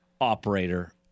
operator